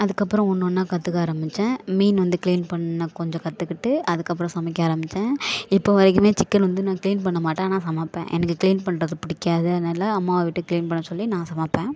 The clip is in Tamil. அதுக்கப்புறம் ஒன்று ஒன்னாக கற்றுக்க ஆரம்பிச்சேன் மீன் வந்து க்ளீன் பண்ண கொஞ்சம் கற்றுக்கிட்டு அதுக்கப்புறம் சமைக்க ஆரம்பிச்சேன் இப்போ வரைக்குமே சிக்கன் வந்து நான் க்ளீன் பண்ண மாட்டேன் ஆனால் சமைப்பேன் எனக்கு க்ளீன் பண்ணுறது பிடிக்காது அதனால் அம்மாவை விட்டு க்ளீன் பண்ண சொல்லி நான் சமைப்பேன்